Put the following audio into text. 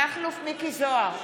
(קוראת בשמות חברי הכנסת) מכלוף מיקי זוהר,